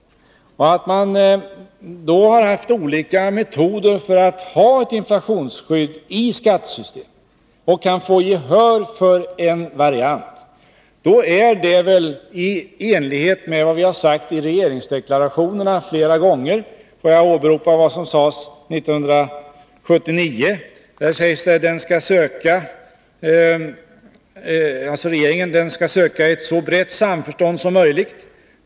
Om man då har övervägt olika metoder för att åstadkomma ett inflationsskydd i skattesystemet och kan få gehör för en viss variant, är det väl ett resultat i enlighet med vad vi sagt i regeringsdeklarationerna flera gånger. Jag åberopar vad som sades i regeringsdeklarationen 1979: ”Den” — dvs. regeringen — ”skall söka ett så brett samförstånd som möjligt.